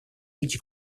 age